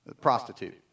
prostitute